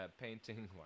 painting